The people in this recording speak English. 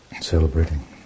celebrating